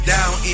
Down